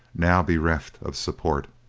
now bereft of support.